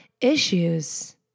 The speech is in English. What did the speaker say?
issues